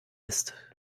ist